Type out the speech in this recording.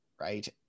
right